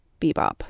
Bebop